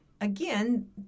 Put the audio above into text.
again